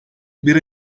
bir